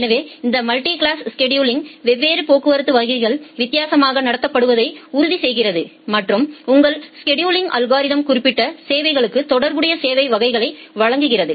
எனவே இந்த multi class scheduling வெவ்வேறு போக்குவரத்து வகைகள் வித்தியாசமாக நடத்தப்படுவதை உறுதிசெய்கிறது மற்றும் உங்கள் ஸ்செடுலிங் அல்கோரிதம் குறிப்பிட்ட சேவைகளுக்கு தொடர்புடைய சேவை வகைகளை வழங்குகிறது